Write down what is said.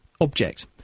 object